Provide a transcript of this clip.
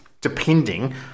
depending